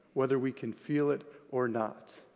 whether we can feel it or not.